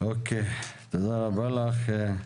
תודה רבה לך.